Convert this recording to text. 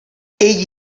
egli